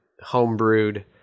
home-brewed